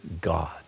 God